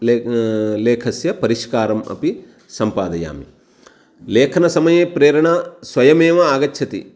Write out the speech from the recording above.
lake लेखस्य परिष्कारम् अपि सम्पादयामि लेखनसमये प्रेरणा स्वयमेव आगच्छति